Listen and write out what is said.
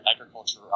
agriculture